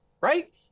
right